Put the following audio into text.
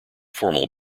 formal